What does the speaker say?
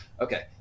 Okay